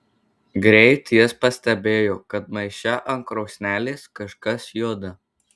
greit jis pastebėjo kad maiše ant krosnelės kažkas juda